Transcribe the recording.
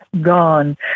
gone